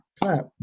clap